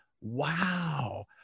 Wow